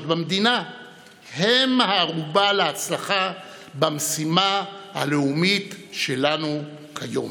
במדינה הם הערובה להצלחה במשימה הלאומית שלנו כיום.